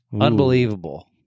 Unbelievable